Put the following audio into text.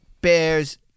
Bears